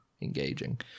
engaging